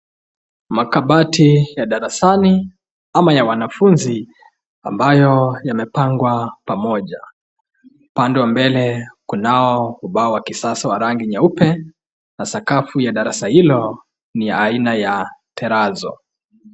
Makabati ya darasani ama ya wanafunzi ambayo yamepangwa pamoja. Upande wa mbele kunao ubao wa kisasa wa rangi nyeupe na sakafu ya darasa hilo ni la aina ya terazo .